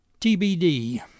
TBD